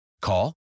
Call